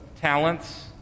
talents